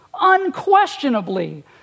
unquestionably